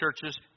churches